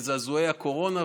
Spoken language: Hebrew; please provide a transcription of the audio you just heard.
וזעזועי הקורונה,